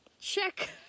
check